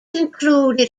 included